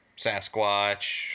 Sasquatch